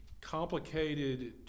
complicated